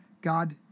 God